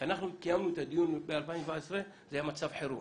כשאנחנו קיימנו את הדיון ב-2017 זה היה מצב חירום